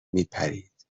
میپرید